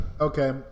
Okay